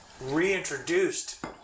reintroduced